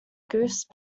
goose